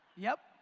yup,